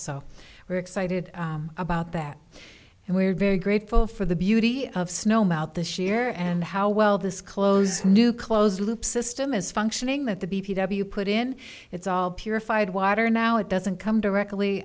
so we're excited about that and we're very grateful for the beauty of snow melt this year and how well this close new closed loop system is functioning that the b p w put in it's all purified water now it doesn't come directly